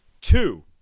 Two